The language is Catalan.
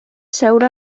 seure